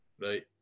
right